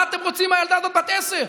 מה אתם רוצים מהילדה הזו, בת עשר?